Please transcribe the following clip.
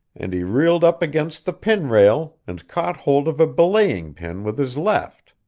and he reeled up against the pin-rail, and caught hold of a belaying-pin with his left.